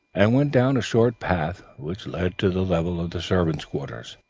and went down a short path, which led to the level of the servants' quarters.